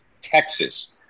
Texas